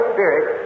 Spirit